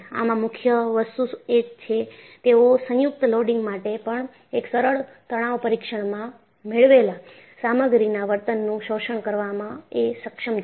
આમાં મુખ્ય વસ્તુ એ છે તેઓ સંયુક્ત લોડિંગ માટે પણ એક સરળ તણાવ પરીક્ષણમાં મેળવેલા સામગ્રીના વર્તનનું શોષણ કરવામાં એ સક્ષમ છે